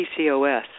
PCOS